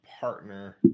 partner